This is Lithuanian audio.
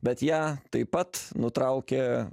bet ją taip pat nutraukė